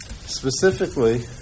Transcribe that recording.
Specifically